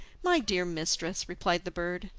my dear mistress, replied the bird,